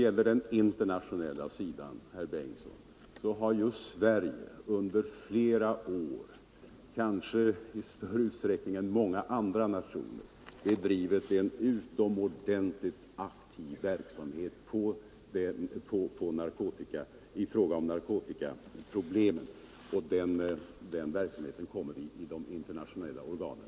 På det internationella planet, herr Bengtsson, har Sverige under flera år, kanske i större utsträckning än många andra nationer, bedrivit en utomordentligt aktiv verksamhet när det gäller narkotikaproblemen, och vi kommer att fortsätta med denna verksamhet i de internationella organen.